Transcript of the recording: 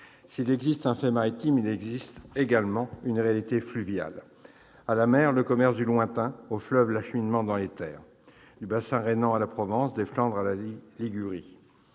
S'il existe un fait maritime, il existe aussi une réalité fluviale ! À la mer, le commerce du lointain, au fleuve, l'acheminement dans les terres. Du bassin rhénan à la Provence, des Flandres à la Ligurie